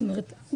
זאת אומרת,